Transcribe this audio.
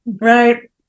right